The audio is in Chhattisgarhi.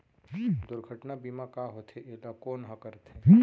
दुर्घटना बीमा का होथे, एला कोन ह करथे?